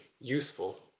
useful